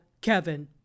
Kevin